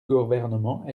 gouvernement